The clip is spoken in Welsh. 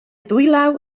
ddwylaw